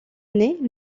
année